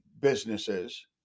businesses